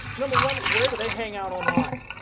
number one, where do they hang out online,